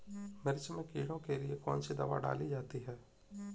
मिर्च में कीड़ों के लिए कौनसी दावा डाली जाती है?